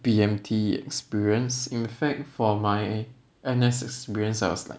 B_M_T experience in fact for my N_S experience I was like